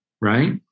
right